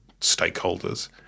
stakeholders